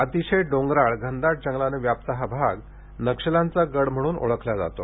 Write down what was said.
अतिशय डोंगराळ घनदाट जंगलाने व्याप्त असलेला हा भाग नक्षल्यांचा गड म्हणून ओळखला जातो